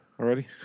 already